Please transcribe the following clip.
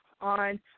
on